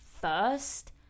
first